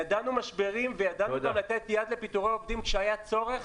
ידענו משברים וידענו גם לתת יד לפיטורי עובדים כשהיה צורך.